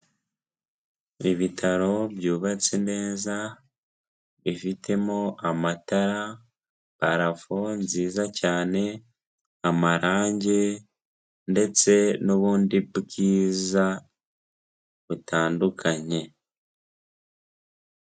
Ibitaro byubatse neza, bifitemo amatara, parafo nziza cyane, amarangi ndetse n'ubundi bwiza butandukanye.